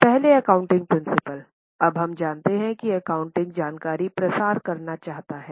पहले accounting principle अब हम जानते हैं कि एकाउंटिंग जानकारी प्रसार करना चाहता है